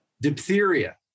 diphtheria